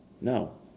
No